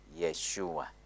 Yeshua